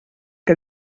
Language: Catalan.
que